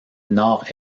nord